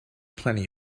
plenty